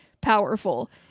powerful